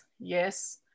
yes